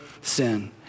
sin